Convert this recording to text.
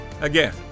again